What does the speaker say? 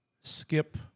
skip